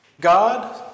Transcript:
God